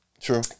True